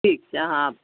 ठीक छै अहाँ आब